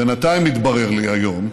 בינתיים מתברר לי, היום,